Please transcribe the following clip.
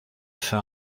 fait